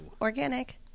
organic